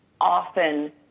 often